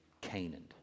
Canaan